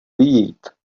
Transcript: vyjít